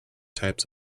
types